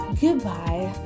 goodbye